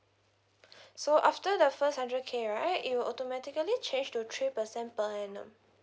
so after the first hundred K right it will automatically change to three percent per annum